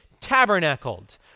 tabernacled